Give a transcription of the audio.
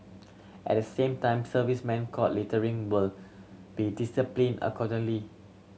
at the same time servicemen caught littering will be disciplined accordingly